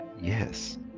yes